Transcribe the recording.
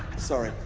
sorry,